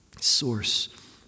source